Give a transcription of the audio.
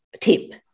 tip